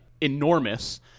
enormous